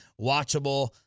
watchable